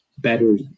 better